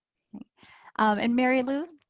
and mary lou,